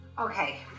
Okay